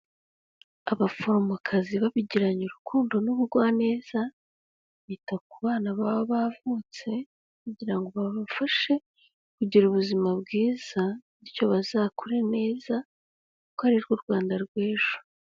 Abaforomokazi babigiranye urukundo n'ubugwaneza bita ku bana baba bavutse kugira ngo babafashe kugira ubuzima bwiza, bityo bazakure neza kuko ari rwo Rwanda rw'ejo.